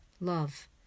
Love